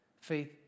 Faith